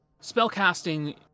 Spellcasting